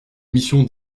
mission